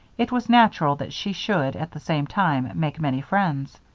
it was natural that she should, at the same time, make many friends.